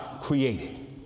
created